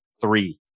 three